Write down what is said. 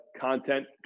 content